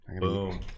Boom